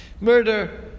murder